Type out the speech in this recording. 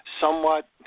Somewhat